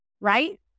right